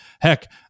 Heck